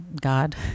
God